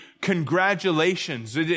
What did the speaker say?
congratulations